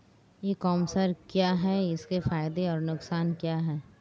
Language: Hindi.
ई कॉमर्स क्या है इसके फायदे और नुकसान क्या है?